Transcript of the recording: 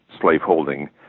slaveholding